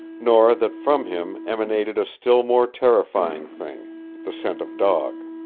nor that from him emanated a still more terrifying thing the scent of dog.